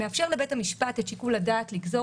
הוא מאפשר לבית המשפט את שיקול הדעת לגזור